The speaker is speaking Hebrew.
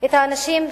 את האנשים,